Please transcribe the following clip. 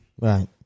right